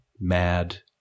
Mad